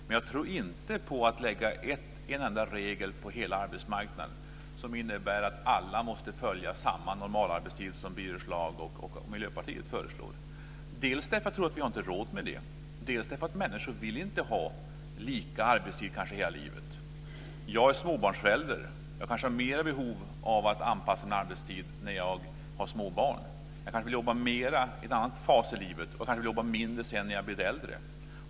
Däremot tror jag inte på att ha en enda regel för hela arbetsmarknaden innebärande att alla måste följa samma normalarbetstid som Birger Schlaug och Miljöpartiet föreslår. Dels har vi nog inte råd med det. Dels vill människor kanske inte ha samma arbetstid hela livet. Jag är småbarnsförälder och har kanske mer behov av att anpassa arbetstiden när jag har små barn. Kanske vill jag jobba mer i en annan fas i livet och mindre sedan när jag blir äldre.